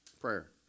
prayer